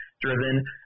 driven